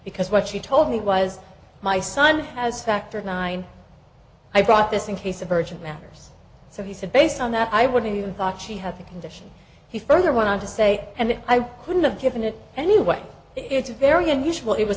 because what she told me was my son has factor nine i brought this in case of urgent matters so he said based on that i wouldn't even thought she had the condition he further went on to say and i couldn't have given it anyway it's a very unusual